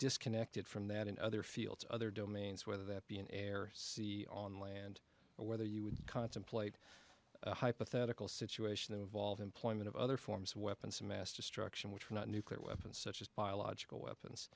disconnected from that in other fields other domains whether that be an air sea on land or whether you would contemplate a hypothetical situation involved employment of other forms weapons of mass destruction which are not nuclear weapons such as biological weapons